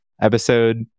episode